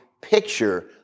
Picture